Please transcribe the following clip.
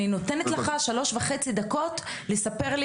אני נותנת לך שלוש וחצי דקות לספר לי